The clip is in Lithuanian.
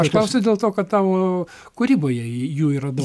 aš klausiu dėl to kad tavo kūryboje ji jų yra daug